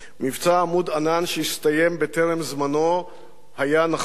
מבצע "עמוד ענן", שהסתיים טרם זמנו, היה נכון.